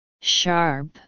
Sharp